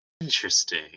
Interesting